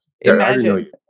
imagine